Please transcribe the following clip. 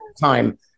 time